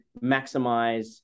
maximize